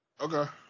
Okay